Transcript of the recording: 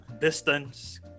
distance